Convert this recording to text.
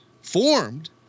formed